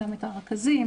רכזים,